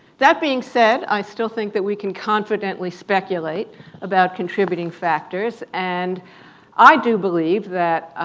that being said, i still think that we can confidently speculate about contributing factors. and i do believe that